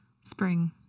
spring